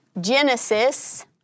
Genesis